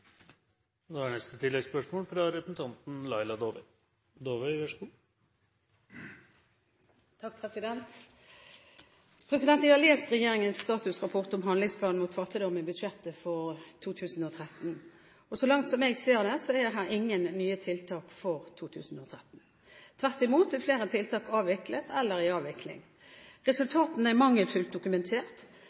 Laila Dåvøy – til oppfølgingsspørsmål. Jeg har lest regjeringens statusrapport om handlingsplanen mot fattigdom i budsjettet for 2013, og så langt jeg kan se, er det ingen nye tiltak der for 2013. Tvert imot er flere tiltak avviklet eller under avvikling. Resultatene er mangelfullt dokumentert.